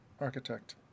Architect